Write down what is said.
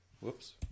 whoops